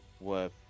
worth